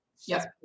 Yes